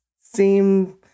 seem